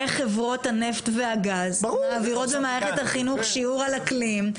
איך חברות הנפט והגז מעבירות במערכת החינוך שיעור על אקלים.